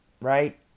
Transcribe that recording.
right